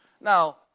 Now